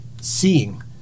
seeing